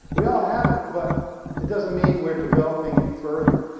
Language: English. we all have it, but it doesn't mean we're developing it further.